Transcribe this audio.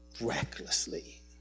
recklessly